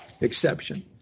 exception